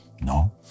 no